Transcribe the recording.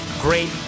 great